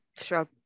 Sure